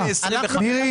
לשכיר.